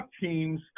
teams